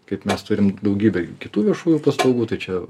kad mes turim daugybę kitų viešųjų paslaugųtai čia